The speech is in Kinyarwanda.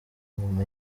nyuma